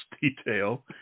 detail